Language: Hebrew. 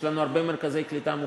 יש לנו הרבה מרכזי קליטה מוכנים,